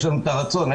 את לנו את הכלים,